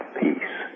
peace